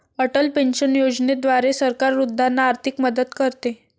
Atal pension योजनेद्वारे सरकार वृद्धांना आर्थिक मदत करते